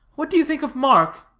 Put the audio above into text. what do you think of mark?